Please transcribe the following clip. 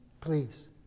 please